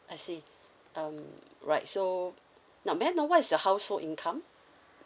I see um right so now may I know what is your household income